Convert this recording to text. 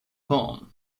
vorne